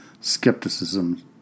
skepticism